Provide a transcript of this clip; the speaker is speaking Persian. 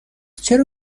چرا